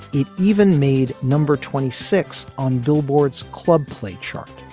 it even made number twenty six on billboard's club play chart.